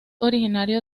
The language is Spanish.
originario